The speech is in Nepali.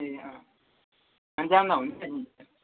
ए अँ अनि जाँदा हुन्छ नि